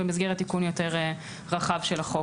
במסגרת תיקון יותר רחב של החוק